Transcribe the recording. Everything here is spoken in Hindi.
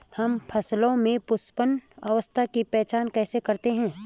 हम फसलों में पुष्पन अवस्था की पहचान कैसे करते हैं?